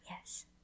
Yes